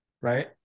right